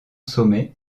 sommet